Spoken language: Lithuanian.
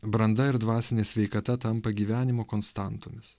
branda ir dvasinė sveikata tampa gyvenimo konstantomis